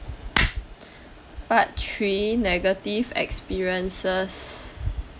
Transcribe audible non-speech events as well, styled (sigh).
(noise) part three negative experiences